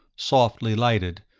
softly lighted,